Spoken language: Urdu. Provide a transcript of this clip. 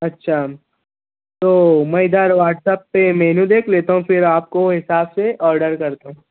اچّھا تو میں ادھر واٹس ایپ پہ مینو دیکھ لیتا ہوں پھر آپ کو حساب سے آرڈر کرتا ہوں